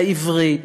העברית,